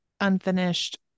unfinished